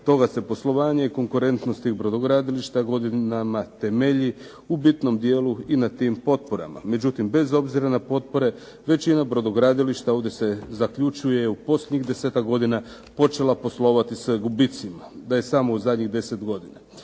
Stoga se poslovanje i konkurentnost tih brodogradilišta godinama temelji u bitnom dijelu i na tim potporama. Međutim, bez obzira na potpore većina je brodogradilišta, ovdje se zaključuje, u posljednjih desetak godina počela poslovati sa gubicima. Da je samo u zadnjih deset godina.